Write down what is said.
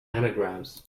anagrams